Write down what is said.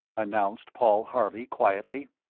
announced paul harley, quietly.